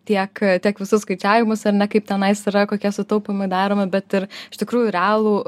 tiek tiek visus skaičiavimus ar ne kaip tenais yra kokie sutaupymai daromi bet ir iš tikrųjų realų